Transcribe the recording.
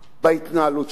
בהתנהלות שלכם.